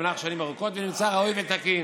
במשך שנים ארוכות ונמצא ראוי ותקין.